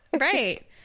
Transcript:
Right